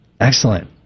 Excellent